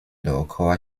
dookoła